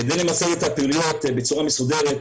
כדי למסד את הפעילויות בצורה מסודרת,